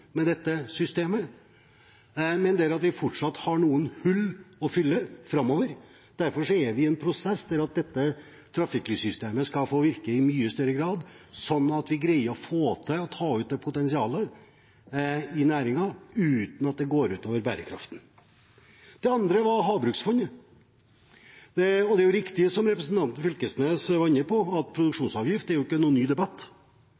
med dette systemet, men vi har fortsatt noen hull å fylle framover. Derfor er vi i en prosess der dette trafikklyssystemet skal få virke i mye større grad, slik at vi greier å ta ut potensialet i næringen uten at det går ut over bærekraften. Det andre var Havbruksfondet. Det er riktig som representanten Knag Fylkesnes var inne på, at debatten om produksjonsavgift er ingen ny debatt.